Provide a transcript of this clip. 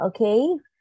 okay